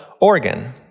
organ